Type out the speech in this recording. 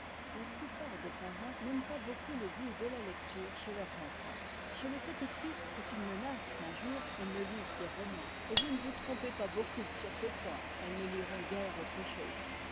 la plupart des parents n'aiment pas beaucoup le goût de la lecture chez leurs enfants chez les petites filles c'est une menace qu'un jour elles ne lisent des romans et vous ne vous trompez pas beaucoup sur ce point elles ne liront guère autre chose